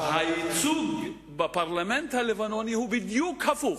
מה, הייצוג בפרלמנט הלבנוני הוא בדיוק הפוך.